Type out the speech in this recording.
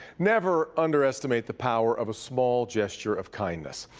never underestimate the power of a small gesture. of kind of